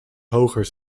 hoger